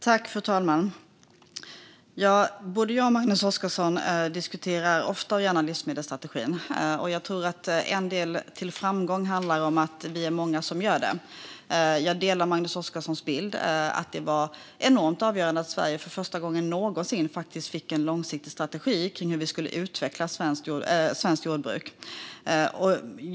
Fru talman! Både jag och Magnus Oscarsson diskuterar ofta och gärna livsmedelsstrategin. Jag tror att en del i framgången är att vi är många som gör det. Jag delar Magnus Oscarssons bild av att det var enormt avgörande att Sverige för första gången någonsin fick en långsiktig strategi för hur vi ska utveckla svenskt jordbruk.